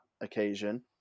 occasion